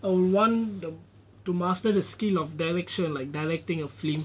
I will want the to master the skill of direction like directing a film